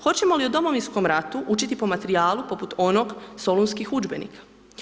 Hoćemo li o Domovinskom ratu učiti po materijalu poput onog solunskih udžbenika.